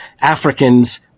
africans